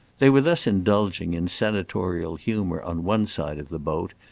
they were thus indulging in senatorial humour on one side of the boat,